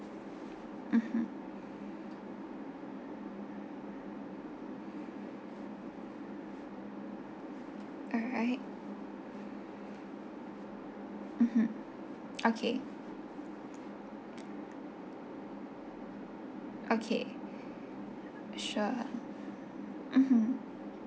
mmhmm alright mmhmm okay okay sure mmhmm